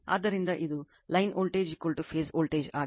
ಆದ್ದರಿಂದ ಇದು line voltage phase voltage ಆಗಿದೆ